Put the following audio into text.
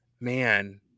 man